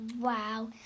Wow